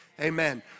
Amen